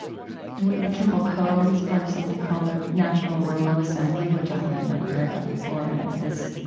whitney kimball coe, who's part of something called the national rural assembly, which i had never heard of before. and it's this